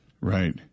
Right